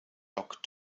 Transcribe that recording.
dock